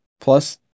plus